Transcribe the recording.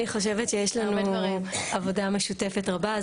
אני חושבת שיש לנו עבודה משותפת רבה.